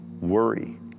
worry